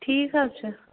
ٹھیٖک حظ چھُ